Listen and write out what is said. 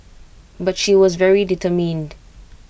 but she was very determined